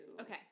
Okay